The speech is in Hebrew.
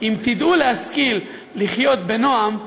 אם תדעו להשכיל לחיות בנועם,